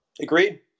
Agreed